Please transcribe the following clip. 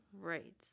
right